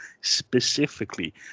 specifically